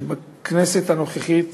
שבכנסת הנוכחית